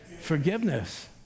Forgiveness